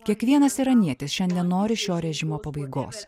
kiekvienas iranietis šiandien nori šio režimo pabaigos